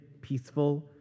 peaceful